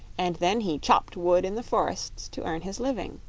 and then he chopped wood in the forests to earn his living.